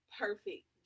perfect